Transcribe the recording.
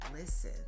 listen